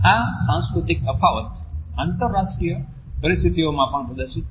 આ સાંસ્કૃતિક તફાવત આંતરરાષ્ટ્રીય પરિસ્થિતિઓમાં પણ પ્રદર્શિત થાય છે